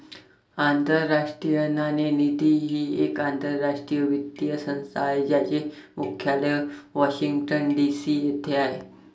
आंतरराष्ट्रीय नाणेनिधी ही एक आंतरराष्ट्रीय वित्तीय संस्था आहे ज्याचे मुख्यालय वॉशिंग्टन डी.सी येथे आहे